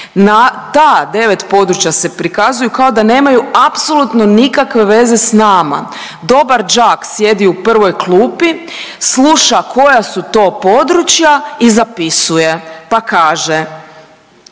Na ta 9 područja se prikazuju kao da nemaju apsolutno nikakve veze s nama. Dobar đak sjedi u prvoj klupi, sluša koja su to područja i zapisuje pa kaže,